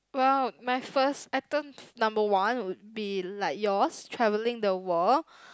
well my first item number one would be like yours travelling the world